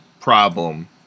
problem